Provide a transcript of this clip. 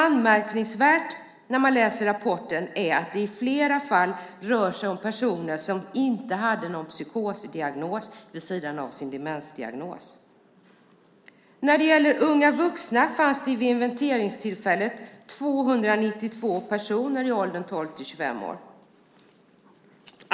Anmärkningsvärt när man läser rapporten är att det i flera fall rör sig om personer som inte hade någon psykosdiagnos vid sidan av sin demensdiagnos. När det gäller unga vuxna fanns det vid inventeringstillfället 292 personer i åldern 12-25 år.